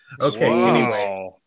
okay